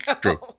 True